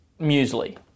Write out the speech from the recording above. muesli